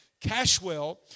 Cashwell